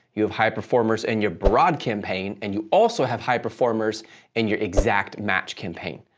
you have high performers in your broad campaign, and you also have high performers in your exact match campaign.